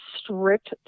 strict